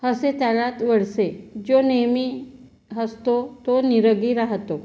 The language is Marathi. हसे त्यालाच वळसे जो नेहमी हसतो तो निरोगी राहतो